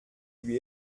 lui